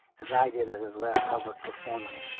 as i did at his last public performance,